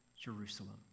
Jerusalem